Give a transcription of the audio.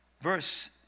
Verse